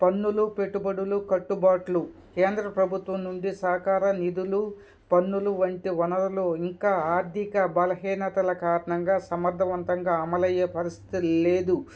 పన్నులు పెట్టుబడులు కట్టుబాట్లు కేంద్ర ప్రభుత్వం నుండి సహకార నిధులు పన్నులు వంటి వనరులో ఇంకా ఆర్థిక బలహీనతల కారణంగా సమర్థవంతంగా అమలయ్యే పరిస్థితి లేదు